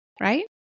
right